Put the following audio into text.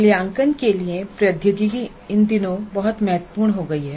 मूल्यांकन के लिए प्रौद्योगिकी इन दिनों बहुत महत्वपूर्ण हो गई है